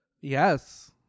Yes